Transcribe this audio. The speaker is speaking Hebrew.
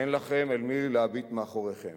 אין לכם אל מי להביט מאחוריכם.